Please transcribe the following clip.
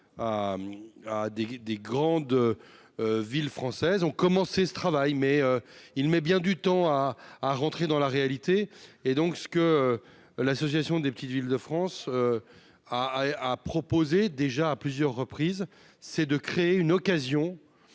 des grandes villes françaises ont commencé ce travail mais il met bien du temps à à rentrer dans la réalité, et donc ce que l'Association des Petites Villes de France a proposé déjà à plusieurs reprises, c'est de créer une occasion